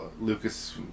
Lucas